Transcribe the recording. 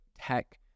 tech